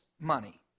money